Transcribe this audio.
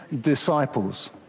disciples